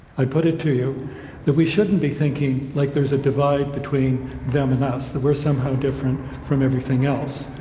i put it to you that we shouldn't be thinking like there's a divide between them and us, that we're somehow different from everything else.